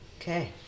Okay